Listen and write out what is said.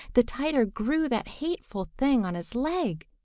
the tighter grew that hateful thing on his leg!